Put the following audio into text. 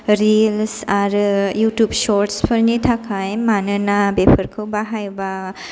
reels आरो YouTube shorts फोरनि थाखाय मानोना बेफोरखौ बाहायबा